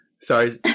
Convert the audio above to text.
Sorry